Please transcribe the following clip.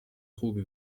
خوبی